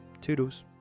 Toodles